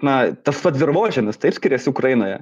na tas pats dirvožemis taip skiriasi ukrainoje